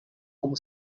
como